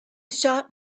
shop